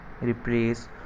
replace